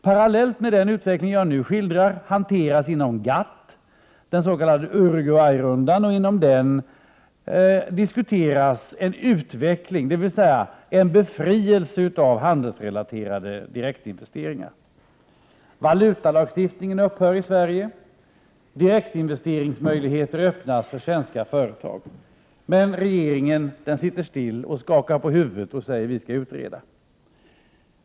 Parallellt med den utveckling jag nu har skildrat hanteras den s.k. Uruguay-rundan inom GATT. Inom den diskuteras en utveckling, dvs. en befrielse av handelsrelaterade direktinvesteringar. Valutalagstiftningen upphör i Sverige. Möjligheter till direktinvesteringar öppnas för svenska företag. Inom regeringen sitter man dock still, skakar på huvudet och säger att vi skall utreda.